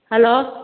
hello